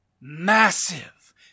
massive